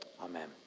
Amen